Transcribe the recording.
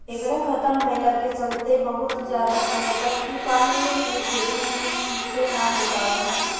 एकरा खतम भईला के चलते बहुत ज्यादा समय तक इ पानी मे के खेती ठीक से ना हो पावेला